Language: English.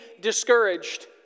discouraged